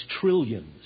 trillions